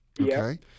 okay